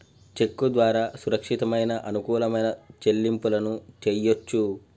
చెక్కు ద్వారా సురక్షితమైన, అనుకూలమైన చెల్లింపులను చెయ్యొచ్చు